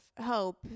hope